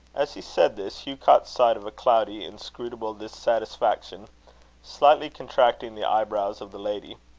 as he said this, hugh caught sight of a cloudy, inscrutable dissatisfaction slightly contracting the eyebrows of the lady.